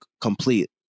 complete